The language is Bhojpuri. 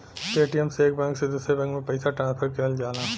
पेटीएम से एक बैंक से दूसरे बैंक में पइसा ट्रांसफर किहल जाला